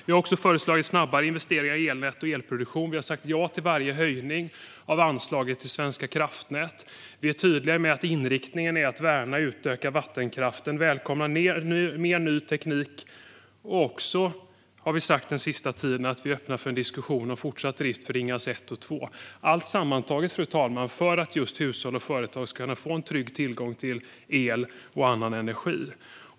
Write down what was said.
Vi har också föreslagit snabbare investeringar i elnät och elproduktion. Vi har sagt ja till varje höjning av anslaget till Svenska kraftnät. Vi är tydliga med att inriktningen är att värna och utöka vattenkraften och välkomna mer ny teknik. Vi har också den senaste tiden sagt att vi är öppna för en diskussion om fortsatt drift av Ringhals 1 och 2. Allt detta sammantaget, fru talman, gör vi för att hushåll och företag ska kunna få en trygg tillgång till el och annan energi.